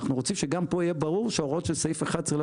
אנחנו רוצים שגם פה יהיה ברור שההוראות של סעיף 11 לא